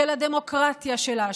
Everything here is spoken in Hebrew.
של הדמוקרטיה שלה,